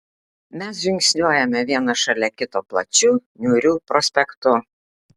mes žingsniuojame vienas šalia kito plačiu niūriu prospektu